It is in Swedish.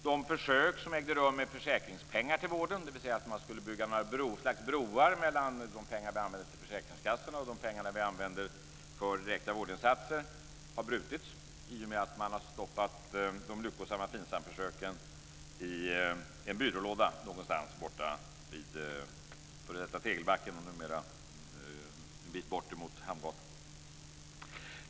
De försök som ägde rum med försäkringspengar till vården - dvs. att man skulle bygga någon slags broar mellan de pengar vi använder till försäkringskassorna och de pengar vi använder för direkta vårdinsatser - har brutits i och med att man har stoppat de lyckosamma FINSAM-försöken i en byrålåda någonstans borta vid f.d. Tegelbacken, numera en bit bort mot Hamngatan.